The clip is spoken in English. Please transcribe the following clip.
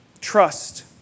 Trust